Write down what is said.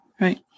Right